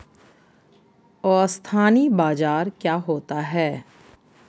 अस्थानी बाजार क्या होता है?